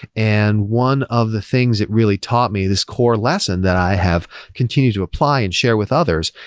and one of the things it really taught me, this core lesson that i have continue to apply and share with others,